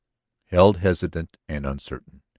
held hesitant and uncertain.